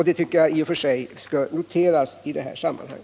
Det tycker jag skall noteras i detta sammanhang.